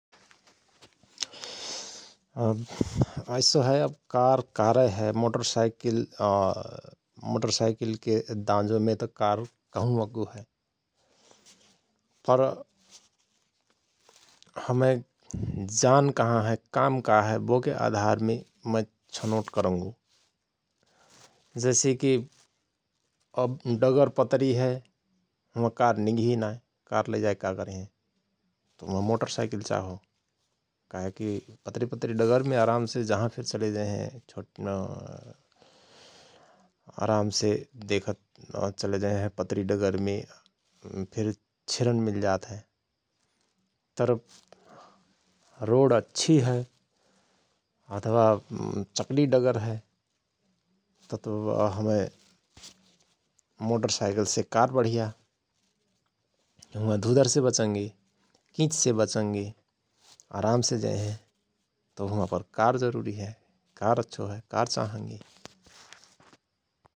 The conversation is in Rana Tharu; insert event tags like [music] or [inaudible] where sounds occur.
[hesitation] ऐसो हय कार कारय हय मोटरसाईकिल [hesitation] मोटरसाईकिल के दाँजोमे कार कहुँ अग्गु हय । तर हमय जान कहाँ हय, काम का हय बोके आधारमे मय छनोट करंगो । जैसे कि अव डगर पतरी हय हुआं कार निगिनाए कार लैजाएक का करेहयं । तओ हुआं मोटर साईकिल चाहो । काहेकि पतरी पतरी डगरमे आरामसे जहाँ फिर चले जएहयं छुट [hesitation] आरामसे देखत अ चले जएहयं पतरि डगरमे [hesitation] फिर छिरन मिलजात हय । तर रोड अच्छि हय अथवा [hesitation] चकली डगर हय तौत व हमय मोटरसाईकलसे कार बढिया हुआं धुधरसे बचंगे, किचसे बचंगे आरामसे जएहयं तओ हुआं कार जरुरी हय, कार अच्छो हय कार चाहंगे ।